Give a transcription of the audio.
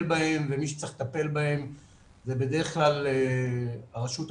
בהן ומי שצריך לטפל בהן זה בדרך כלל הרשות המקומית,